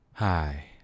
Hi